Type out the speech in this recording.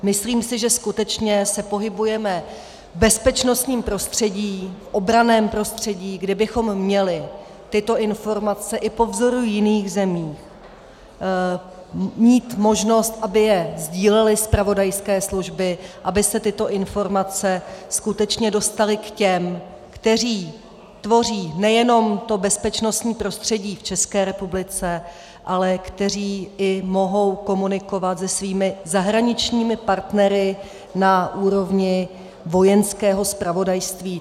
Myslím si, že se skutečně pohybujeme v bezpečnostním prostředí, obranném prostředí, kdy bychom měli tyto informace i po vzoru jiných zemí mít možnost, aby je sdílely zpravodajské služby, aby se tyto informace skutečně dostaly k těm, kteří tvoří nejenom to bezpečnostní prostředí v České republice, ale kteří i mohou komunikovat se svými zahraničními partnery na úrovni Vojenského zpravodajství.